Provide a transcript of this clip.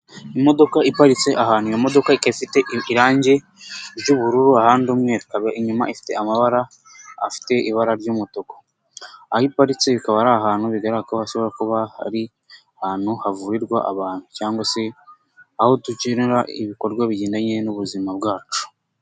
Imodoka iparitse ahantu, iyo modoka ifite irangi ry'ubururu ahandi umweru. Ikaba inyuma ifite amabara afite ibara ry'umutuku. Aho iparitse bikaba ari ahantu bigaragara ko hashobora kuba ari ahantu havurirwa abantu cyangwa se aho dukenera ibikorwa bigendanye n'ubuzima bwacu.